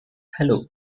hello